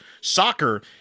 soccer